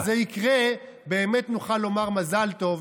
וכשזה יקרה באמת נוכל לומר מזל טוב,